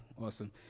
Awesome